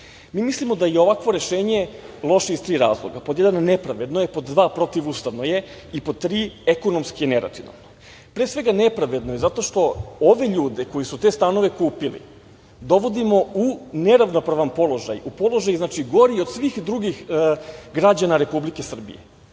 mislimo da je ovakvo rešenje loše je iz tri razloga. Pod jedan, nepravedno je. Pod dva, protivustavno je i pod tri, ekonomski je neracionalno. Pre svega nepravedno je, zato što ove ljude koji su te stanove kupili dovodimo u neravnopravan položaj, u položaj znači, gori od svih drugih građana Republike Srbije.